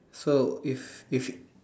so if if